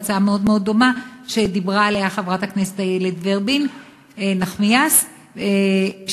והצעה מאוד דומה שדיברה עליה חברת הכנסת איילת נחמיאס ורבין,